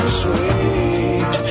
sweet